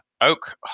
oak